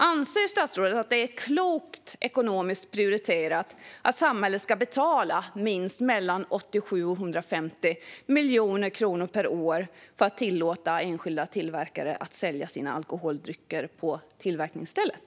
Anser statsrådet att det är ekonomiskt klokt prioriterat att samhället ska betala mellan 87 och 150 miljoner kronor per år för att tillåta enskilda tillverkare att sälja sina alkoholdrycker på tillverkningsstället?